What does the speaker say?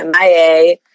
MIA